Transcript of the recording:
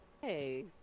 Hey